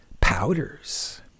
powders